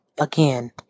again